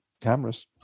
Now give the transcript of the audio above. cameras